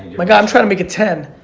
my god, i'm trying to make it ten.